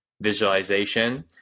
visualization